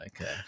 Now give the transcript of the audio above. Okay